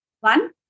One